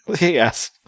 Yes